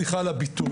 סליחה על הביטוי,